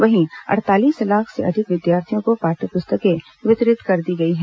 वहीं अड़तालीस लाख से अधिक विद्यार्थियों को पाठ्य पुस्तकें वितरित कर दी गई हैं